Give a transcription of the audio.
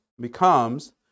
becomes